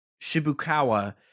shibukawa